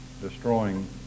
destroying